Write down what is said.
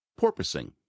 porpoising